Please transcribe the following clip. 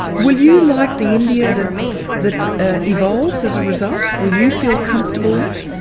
will you like the india that that ah evolves as a result? will you feel comfortable in it?